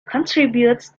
contributes